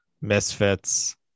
Misfits